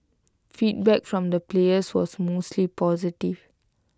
feedback from the players was mostly positive